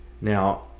Now